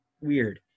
weird